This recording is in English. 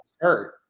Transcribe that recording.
hurt